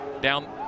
Down